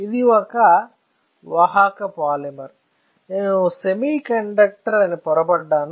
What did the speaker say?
ఇది ఒక వాహక పాలిమర్ నేను సెమీకండక్టర్ అని పొరపడ్డాను